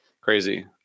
crazy